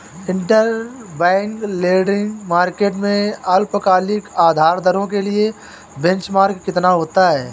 Interbank lending market में अल्पकालिक उधार दरों के लिए बेंचमार्क कितना होता है?